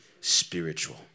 Spiritual